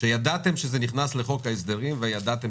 כשידעתם שזה נכנס לחוק ההסדרים וידעתם